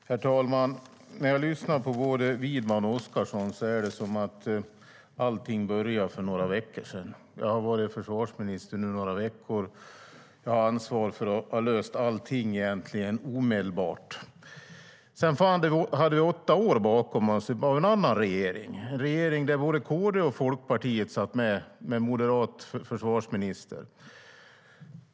Herr talman! När jag lyssnar på både Widman och Oscarsson låter det som att allting började för några veckor sedan. Jag har nu varit försvarsminister några veckor, och jag har ansvaret för att lösa allting egentligen omedelbart. Vi har åtta år bakom oss med annan regering, en regering som både Kristdemokraterna och Folkpartiet satt med i, med en moderat försvarsminister.